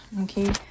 okay